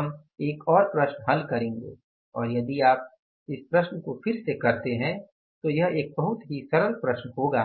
अब हम एक और प्रश्न हल करेंगे और यदि आप इस प्रश्न को फिर से करते हैं तो यह एक बहुत ही सरल प्रश्न होगा